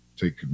take